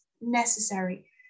necessary